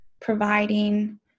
providing